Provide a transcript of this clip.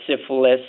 syphilis